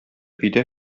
өйдә